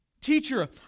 Teacher